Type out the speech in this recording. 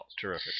Terrific